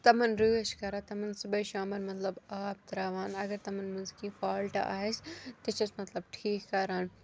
تَمَن رٲچھ کَران تمَن صُبحٲے شامَن مطلب آب ترٛاوان اگر تمَن منٛز کینٛہہ فالٹہٕ آسہِ تہِ چھَس مطلب ٹھیٖک کَران